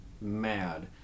mad